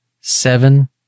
seven